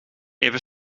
even